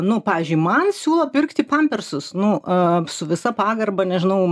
nu pavyzdžiui man siūlo pirkti pampersus nu su visa pagarba nežinau